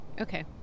Okay